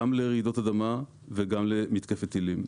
גם לרעידות אדמה וגם למתקפת טילים.